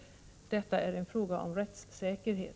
Detta är en fråga om rättssäkerhet.